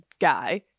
guy